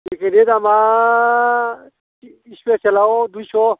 थिकेटनि दामा इस्पेसेलाव दुइस'